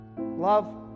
Love